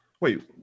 Wait